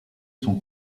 son